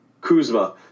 Kuzma